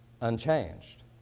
unchanged